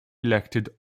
elected